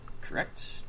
Correct